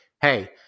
hey